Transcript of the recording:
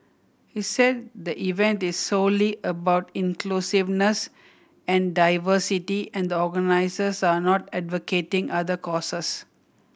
he said the event is solely about inclusiveness and diversity and the organisers are not advocating other causes